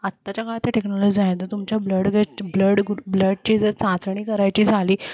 आत्ताच्या काळात ते टेक्नॉलॉजी आहे जर तुमच्या ब्लड ग्लड ब्लडची जर चाचणी करायची झाली